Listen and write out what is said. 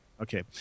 Okay